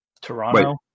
Toronto